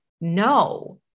no